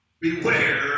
Beware